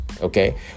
okay